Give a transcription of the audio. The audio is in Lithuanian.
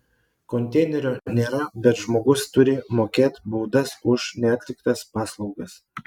konteinerio nėra bet žmogus turi mokėt baudas už neatliktas paslaugas